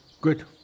Good